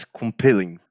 compelling